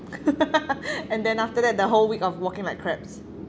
and then after that the whole week of walking like crabs